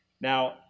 Now